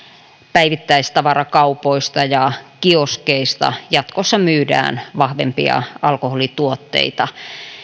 päivittäistavarakaupoista ja kioskeista myydään jatkossa vahvempia alkoholituotteita